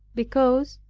because,